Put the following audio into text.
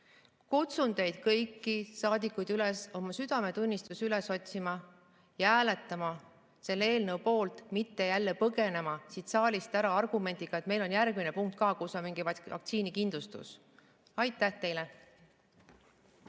Kutsun teid kõiki, saadikuid, üles oma südametunnistust üles otsima ja hääletama selle eelnõu poolt, mitte jälle põgenema siit saalist ära argumendiga, et meil on ka järgmine punkt, kus on sees mingi vaktsiinikindlustus. Aitäh teile!